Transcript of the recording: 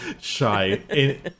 Shy